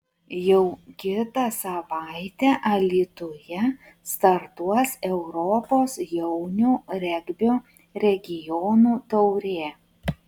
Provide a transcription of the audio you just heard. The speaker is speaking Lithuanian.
jau kitą savaitę alytuje startuos europos jaunių regbio regionų taurė